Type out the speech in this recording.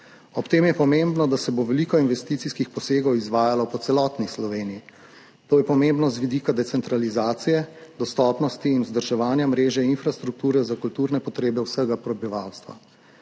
Ob tem je pomembno, da se bo veliko investicijskih posegov izvajalo po celotni Sloveniji. To je pomembno z vidika decentralizacije, dostopnosti in vzdrževanja mreže infrastrukture za kulturne potrebe vsega prebivalstva.